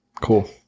Cool